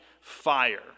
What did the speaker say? fire